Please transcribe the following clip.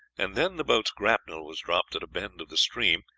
and then the boat's grapnel was dropped at a bend of the stream,